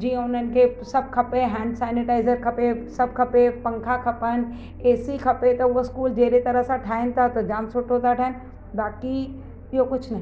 जीअं हुनखे सभु खपे हैंड सेनिटाइज़र खपे सभु खपे पंखा खपनि ए सी खपे त उहा स्कूल जहिड़े तरह सां ठाहिनि था त जाम सुठो था ठाहिनि बाक़ी ॿियो कुझु न